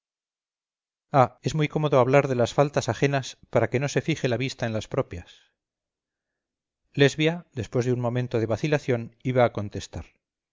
es muy cómodo hablar de las faltas ajenas para que no se fije la vista en las propias lesbia después de un momento de vacilación iba a contestar